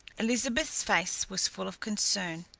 elizabeth's face was full of concern.